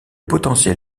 potentiel